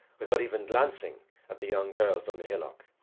without even glancing at the young girls on the hillock.